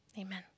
Amen